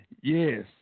yes